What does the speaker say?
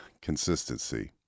consistency